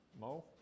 Mo